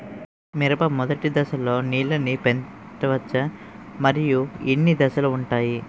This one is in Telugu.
మిరప మొదటి దశలో నీళ్ళని పెట్టవచ్చా? మరియు ఎన్ని దశలు ఉంటాయి?